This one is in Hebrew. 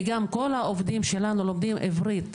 וגם כל העובדים שלנו לומדים עברית.